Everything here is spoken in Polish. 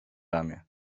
ramię